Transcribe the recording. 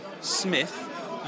Smith